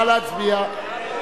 נא להצביע.